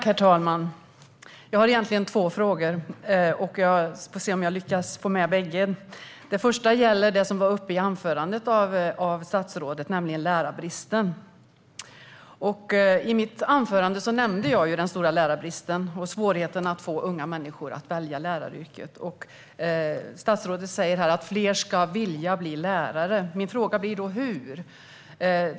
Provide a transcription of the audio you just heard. Herr talman! Jag har egentligen två frågor. Jag får se om jag lyckas få med bägge. Den första gäller det som togs upp i statsrådets anförande, nämligen lärarbristen. I mitt anförande nämnde jag den stora lärarbristen och svårigheten att få unga människor att välja läraryrket. Statsrådet säger att fler ska vilja bli lärare. Min fråga blir då: Hur?